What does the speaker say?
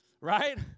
Right